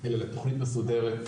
אלא לתוכנית מסודרת,